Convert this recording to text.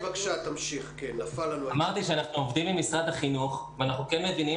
אנחנו עובדים עם משרד החינוך ואנחנו כן מבינים